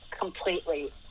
completely